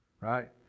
right